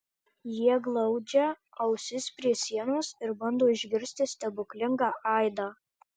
jie glaudžia ausis prie sienos ir bando išgirsti stebuklingą aidą